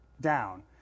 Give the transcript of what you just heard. down